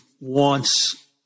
wants